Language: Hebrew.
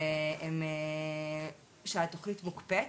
שהתוכנית מוקפאת